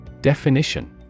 Definition